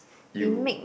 you